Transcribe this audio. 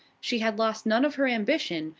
she had lost none of her ambition,